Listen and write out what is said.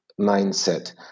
mindset